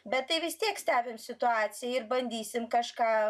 bet tai vis tiek stebim situaciją ir bandysim kažką